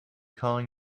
calling